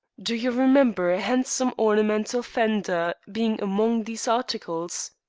do you remember a handsome ornamental fender being among these articles?